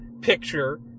picture